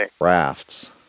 rafts